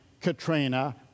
Katrina